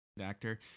actor